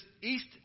east